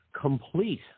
complete